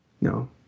No